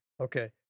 Okay